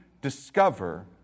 discover